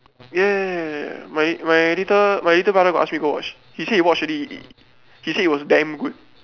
ya ya ya my my little my little brother got ask me to go watch he said he watch already he said it was damn good